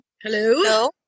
Hello